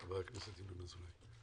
חבר הכנסת ינון אזולאי.